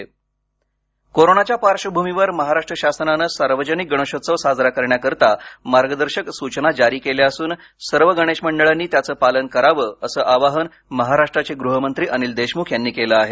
गणेशोत्सव कोरोनाच्या पार्श्वभूमीवर महाराष्ट्र शासनाने सार्वजनिक गणेशोत्सव साजरा करण्याकरिता मार्गदर्शक सूचना केल्या असून सर्व गणेश मंडळांनी त्याच पालन करावं असं आवाहन महाराष्ट्राचे गृहमंत्री अनिल देशमुख यांनी केलं आहे